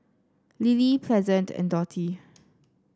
lily Pleasant and Dottie